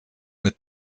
mit